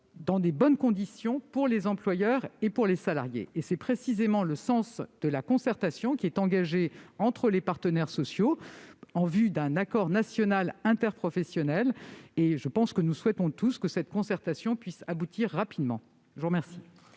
dans de bonnes conditions, pour les employeurs et pour les salariés. C'est précisément le sens de la concertation engagée entre les partenaires sociaux en vue d'un accord national interprofessionnel. Nous souhaitons tous, me semble-t-il, que cette concertation puisse aboutir rapidement. La parole